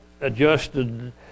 adjusted